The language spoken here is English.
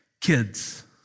kids